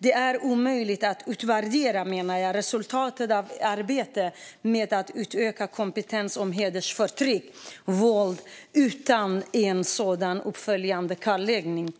Det är omöjligt, menar jag, att utvärdera resultatet av arbetet med att öka kompetensen om hedersförtryck och våld utan en sådan uppföljande kartläggning.